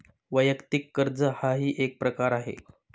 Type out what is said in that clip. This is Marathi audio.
वैयक्तिक कर्ज हाही एक प्रकार आहे